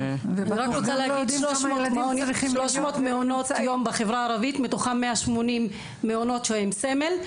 300 מעונות יום בחברה הערבית מתוכם 180 מעונות עם סמל,